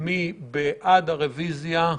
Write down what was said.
מי בעד הרביזיה?